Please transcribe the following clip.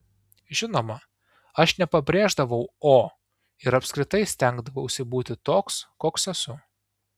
žinoma aš nepabrėždavau o ir apskritai stengdavausi būti toks koks esu